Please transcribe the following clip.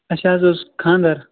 اَسہِ حظ اوس خانٛدَر